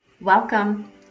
Welcome